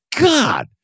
God